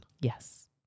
Yes